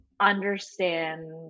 understand